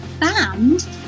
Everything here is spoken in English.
banned